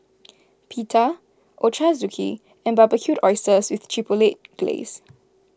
Pita Ochazuke and Barbecued Oysters with Chipotle Glaze